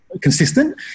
consistent